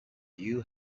you